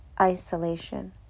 isolation